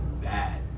bad